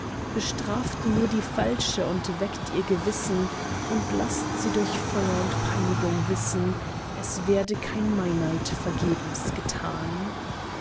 bestraft nur die falsche und weckt ihr gewissen und laßt sie durch feuer und peinigung wissen es werde kein meineid vergebens getan